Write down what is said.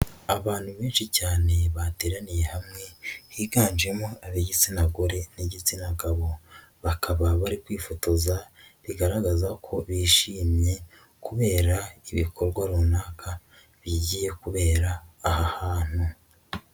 Abantu benshi cyane bateraniye hamwe higanjemo ab'igitsina gore n'igitsina gabo, bakaba bari kwifotoza bigaragaza ko bishimye kubera ibikorwa runaka bigiye kubera aha hantu.